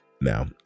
Now